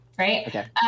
right